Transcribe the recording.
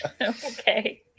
Okay